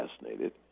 assassinated